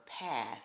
path